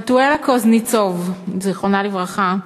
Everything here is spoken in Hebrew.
חתואלה קוזניצוב, זיכרונה לברכה,